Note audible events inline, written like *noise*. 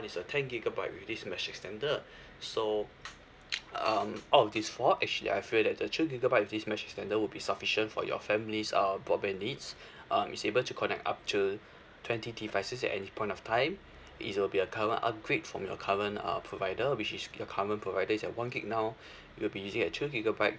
is a ten gigabyte with this mesh extender so *noise* um out of these four actually I feel that the two gigabyte with this mesh extender would be sufficient for your family's uh broadband needs um it's able to connect up to twenty devices at any point of time it will be a current upgrade from your current err provider which is your current provider is at one gigabyte now you'll be using a two gigabyte